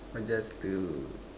but just to